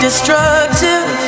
Destructive